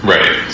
Right